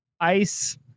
ice